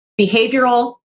behavioral